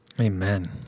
Amen